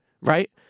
right